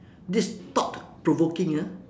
this is thought provoking ah